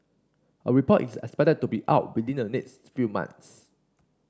a report is expected to be out within the next few months